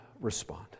respond